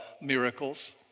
miracles